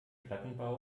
plattenbau